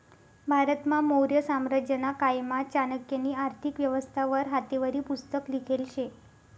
भारतमा मौर्य साम्राज्यना कायमा चाणक्यनी आर्थिक व्यवस्था वर हातेवरी पुस्तक लिखेल शे